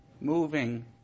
moving